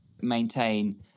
maintain